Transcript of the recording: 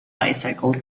bicycle